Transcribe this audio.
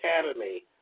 Academy